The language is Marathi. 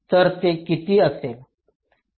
तर ते किती असेल